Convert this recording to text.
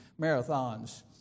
marathons